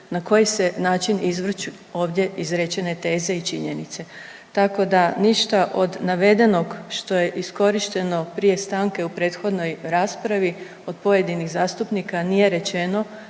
na koji se način izvrću ovdje izrečene teze i činjenice, tako da ništa od navedenog što je iskorišteno prije stanke u prethodnoj raspravi od pojedinih zastupnika nije rečeno